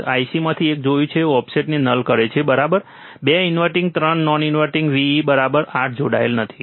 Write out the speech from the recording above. અમે IC માંથી એક જોયું છે જે ઓફસેટને નલ કરે છે બરાબર 2 ઇન્વર્ટીંગ 3 નોન ઇન્વર્ટીંગ Vee બરાબર 8 જોડાયેલ નથી